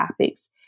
topics